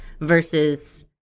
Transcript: versus